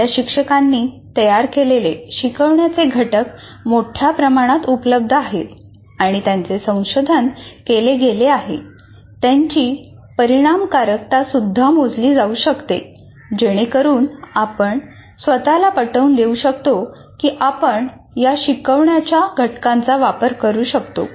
चांगल्या शिक्षकांनी तयार केलेले शिकवण्याचे घटक मोठ्या प्रमाणात उपलब्ध आहेत आणि त्यांचे संशोधन केले गेले आहे त्यांची परिणामकारकता सुद्धा मोजली जाऊ शकते जेणेकरून आपण स्वत ला पटवून देऊ शकतो की आपण या शिकवण्याच्या घटकांचा वापर करू शकतो